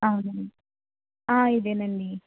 అవునండి ఇదే అండి